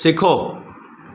सिखो